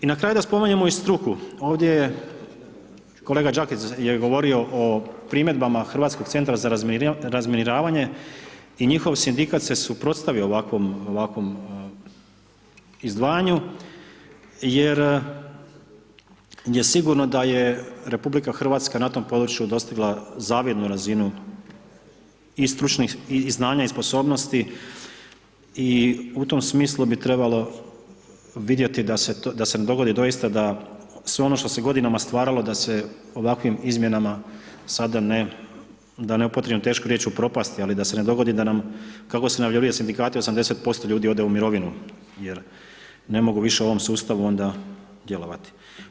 I na kraju da spomenemo i struku, ovdje je i kolega Đakić je govorio o primjedbama Hrvatskog centra za razminiravanje i njihov sindikat se suprotstavio ovakvom izdvajanju jer je sigurno da je RH na tom području dostigla zavidnu razinu i stručnih i znanja i sposobnosti u tom smislu bi trebalo vidjeti da se ne dogodi doista da sve ono što se godinama stvaralo da se ovakvim izmjenama sada ne, da ne upotrijebim tešku riječ, upropasti, ali da se ne dogodi da nam, kako su najavili sindikati 80% ljudi ode u mirovinu jer ne mogu više u ovom sustavu onda djelovati.